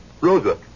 Rosa